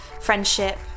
friendship